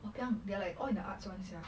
wahpiang they are like all the arts one sia